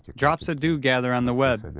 drops of dew gather on the web,